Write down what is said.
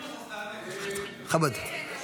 בכבוד.